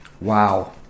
Wow